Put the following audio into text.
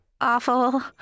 awful